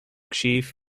chief